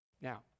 Now